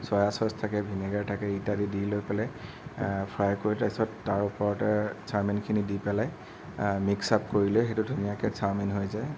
soya sauce থাকে vinegar থাকে ইত্যাদি দি লৈ পেলাই ফ্ৰাই কৰি তাৰ পিছত তাৰ ওপৰতে চাওমিনখিনি দি পেলাই মিক্স আপ কৰিলে সেইটো ধুনীয়াকৈ চাওমিন হৈ যায়